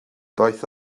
daeth